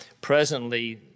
Presently